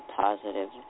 positive